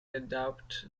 redoubt